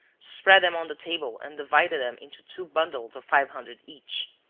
spread them on the table and divided them into two bundles of five hundred each.